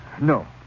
No